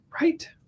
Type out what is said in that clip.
Right